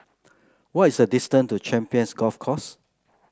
what is the distance to Champions Golf Course